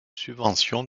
subvention